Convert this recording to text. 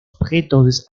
objetos